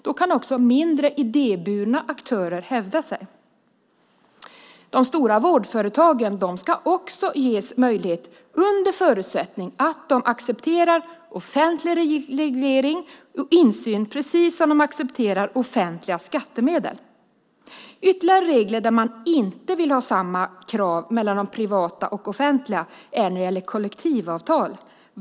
Då kan också mindre idéburna aktörer hävda sig. Också de stora vårdföretagen ska ges möjligheter, under förutsättning att de accepterar offentlig reglering och insyn precis som de accepterar offentliga skattemedel. Ytterligare regler där man inte vill ha samma krav för det privata och det offentliga gäller kollektivavtal.